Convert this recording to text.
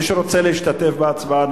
מי שרוצה להשתתף בהצבעה,